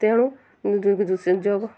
ତେଣୁ ଯୋଗ